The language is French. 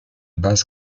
base